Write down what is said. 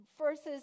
versus